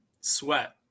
sweat